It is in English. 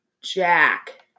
Jack